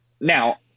Now